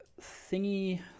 thingy